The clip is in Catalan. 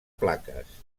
plaques